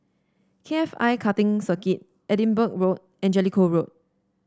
K F I Karting Circuit Edinburgh Road and Jellicoe Road